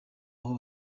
aho